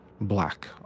black